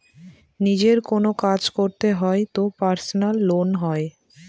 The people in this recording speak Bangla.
নিজের কোনো কাজ করতে হয় তো পার্সোনাল লোন হয়